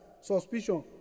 suspicion